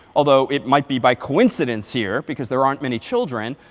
although it might be by coincidence here, because there aren't many children.